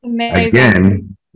again